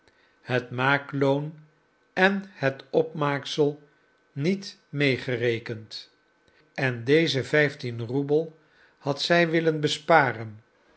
het maakloon en het opmaaksel niet meegerekend en deze vijftien roebel had zij willen besparen